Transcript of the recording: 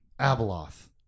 Abeloth